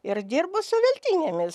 ir dirbu su veltynėmis